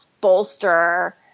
bolster